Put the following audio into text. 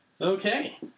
Okay